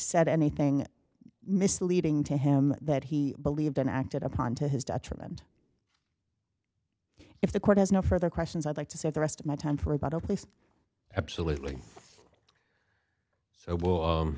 said anything misleading to him that he believed then acted upon to his detriment if the court has no further questions i'd like to say the rest of my time for about oh please absolutely so